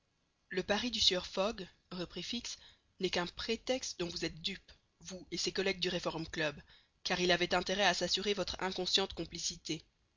le pari du sieur fogg reprit fix n'est qu'un prétexte dont vous êtes dupes vous et ses collègues du reform club car il avait intérêt à s'assurer votre inconsciente complicité